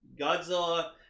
Godzilla